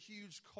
huge